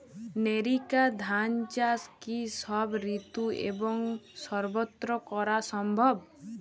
NERICA ধান চাষ কি সব ঋতু এবং সবত্র করা সম্ভব?